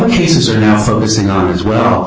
cases are now focusing on as well